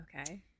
Okay